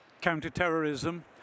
counter-terrorism